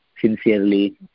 sincerely